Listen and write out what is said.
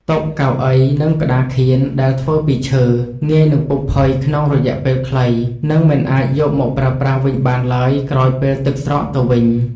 តុ កៅអី និងក្តារខៀនដែលធ្វើពីឈើ ងាយនឹងពុកផុយក្នុងរយៈពេលខ្លី និង មិនអាចយកមកប្រើប្រាស់វិញបានឡើយក្រោយពេលទឹកស្រកទៅវិញ។